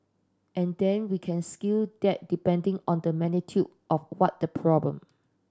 and then we can scale that depending on the magnitude of what the problem